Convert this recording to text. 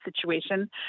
situation